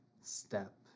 step